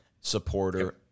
supporter